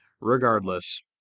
regardless